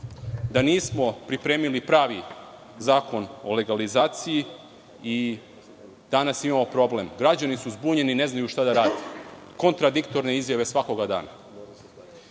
Nismo pripremili pravi zakon o legalizaciji i danas imamo problem. Građani su zbunjeni, ne znaju šta da rade. Kontradiktorne izjave svakog dana.